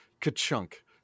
ka-chunk